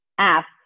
ask